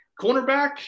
Cornerback